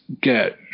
get